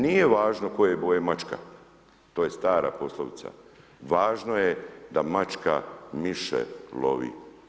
Nije važno koje boje je mačka, to je stara poslovica, važno je da mačka miše lovi.